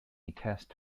test